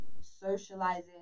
socializing